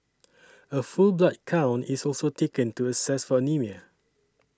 a full blood count is also taken to assess for anaemia